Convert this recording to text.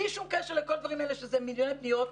בלי שום קשר לכל הדברים האלה שזה מיליוני פניות.